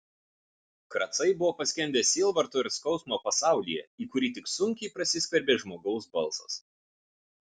kracai buvo paskendę sielvarto ir skausmo pasaulyje į kurį tik sunkiai prasiskverbė žmogaus balsas